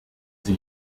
sie